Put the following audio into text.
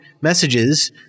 messages